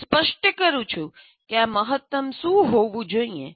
હું સ્પષ્ટ કરું છું કે આ મહત્તમ શું હોવું જોઈએ